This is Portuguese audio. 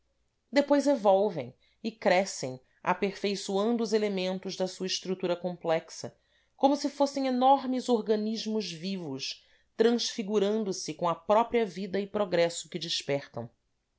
depois evolvem e crescem aperfeiçoando os elementos da sua estrutura complexa como se fossem enormes organismos vivos transfigurando se com a própria vida e progresso que despertam